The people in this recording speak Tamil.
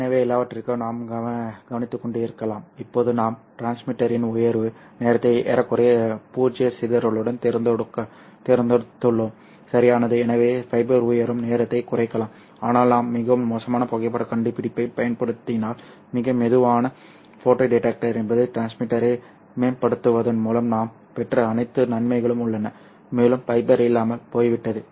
எனவே எல்லாவற்றிற்கும் நாம் கவனித்துக்கொண்டிருக்கலாம் இப்போது நாம் டிரான்ஸ்மிட்டரின் உயர்வு நேரத்தை ஏறக்குறைய பூஜ்ஜிய சிதறலுடன் தேர்ந்தெடுத்துள்ளோம் சரியானது எனவே ஃபைபர் உயரும் நேரத்தைக் குறைக்கலாம் ஆனால் நாம் மிகவும் மோசமான புகைப்படக் கண்டுபிடிப்பைப் பயன்படுத்தினால் மிக மெதுவான ஃபோட்டோ டிடெக்டர் என்பது டிரான்ஸ்மிட்டரை மேம்படுத்துவதன் மூலம் நாம் பெற்ற அனைத்து நன்மைகளும் உள்ளன மேலும் ஃபைபர் இல்லாமல் போய்விட்டது